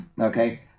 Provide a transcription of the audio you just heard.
okay